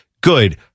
Good